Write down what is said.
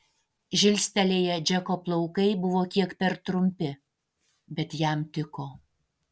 žilstelėję džeko plaukai buvo kiek per trumpi bet jam tiko